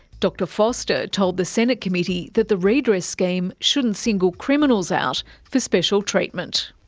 dr foster told the senate committee that the redress scheme shouldn't single criminals out for special treatment.